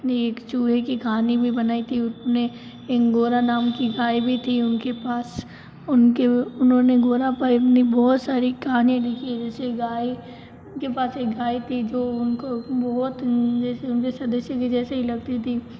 ने एक चूहे की कहानी भी बनाई थी उसने हिंगोरा नाम की गाय भी थी उनके पास उनके उन्होंने गोरा पर अपनी बहुत सारी कहानियाँ लिखी जैसे गाय उनके पास एक गाय थी जो उनको बहुत जैसे उनके सदस्य जैसे ही लगती थी